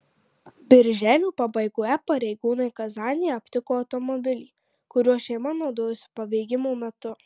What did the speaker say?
birželio pabaigoje pareigūnai kazanėje aptiko automobilį kuriuo šeima naudojosi pabėgimo metu